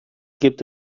gibt